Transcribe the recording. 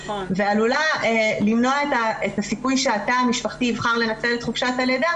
ועלולה למנוע את הסיכוי שהתא המשפחתי יבחר לנצל את חופשת הלידה